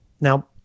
now